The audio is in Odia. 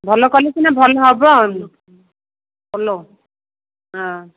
ଭଲ କଲେ ସିନା ଭଲ ହେବ ହ୍ୟାଲୋ ହଁ